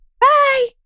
Bye